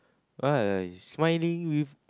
what are you smiling with